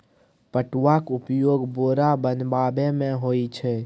पटुआक उपयोग बोरा बनेबामे होए छै